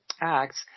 acts